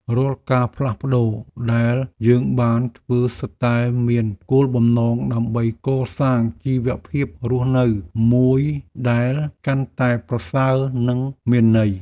រាល់ការផ្លាស់ប្តូរដែលយើងបានធ្វើសុទ្ធតែមានគោលបំណងដើម្បីកសាងជីវភាពរស់នៅមួយដែលកាន់តែប្រសើរ និងមានន័យ។